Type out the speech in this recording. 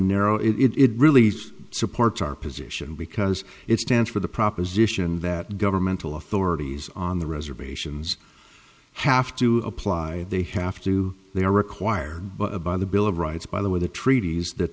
narrow it really supports our position because it stands for the proposition that governmental authorities on the reservations have to apply they have to they are required by the bill of rights by the way the treaties that